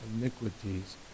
iniquities